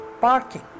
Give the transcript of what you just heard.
Parking